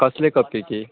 कसले कपेची